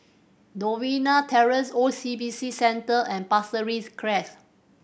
Novena Terrace O C B C Centre and Pasir Ris Crest